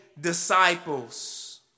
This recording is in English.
disciples